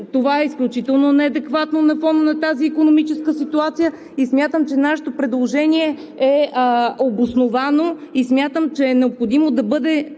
това е изключително неадекватно на фона на тази икономическа ситуация и смятам, че нашето предложение е обосновано и че е необходимо да бъде